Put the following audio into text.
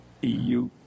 EU